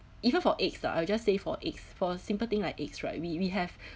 even for eggs lah I will just say for eggs for a simple thing like eggs right we we have